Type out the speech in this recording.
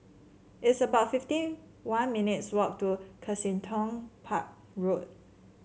it's about fifty one minutes' walk to Kensington Park Road